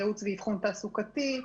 ייעוץ ואבחון תעסוקתי.